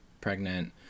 pregnant